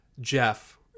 Jeff